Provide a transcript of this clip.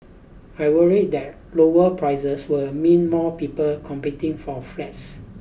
I worried that lower prices will mean more people competing for flats